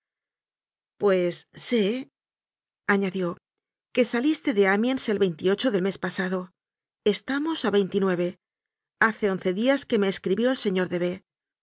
días pues séañadióque saliste de amiens el del mes pasado estamos a hace once días que me escribió el señor de